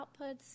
outputs